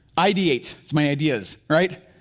ideate, it's my ideas, right?